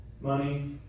money